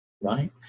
Right